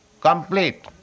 complete